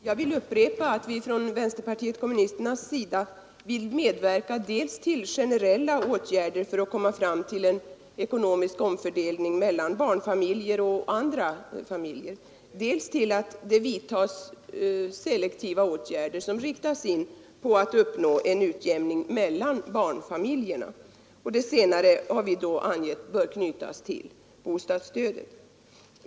Herr talman! Jag vill upprepa att vi från vänsterpartiet kommunisterna önskar medverka dels till generella åtgärder för att komma fram till en ekonomisk omfördelning mellan barnfamiljer och andra familjer, dels till att det vidtas selektiva åtgärder som riktas in på att uppnå en utjämning mellan barnfamiljerna. Det senare har vi då angivit bör knytas till bostadsstödet.